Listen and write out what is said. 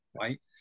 right